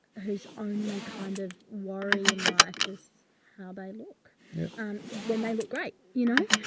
whose only kind of worry in life is how they look when they look great. you know,